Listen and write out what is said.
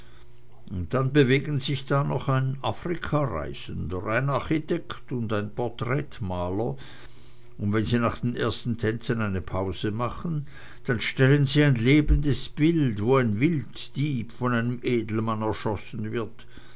und dann bewegen sich da noch ein afrikareisender ein architekt und ein porträtmaler und wenn sie nach den ersten tänzen eine pause machen dann stellen sie ein lebendes bild wo ein wilddieb von einem edelmann erschossen wird